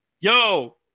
Yo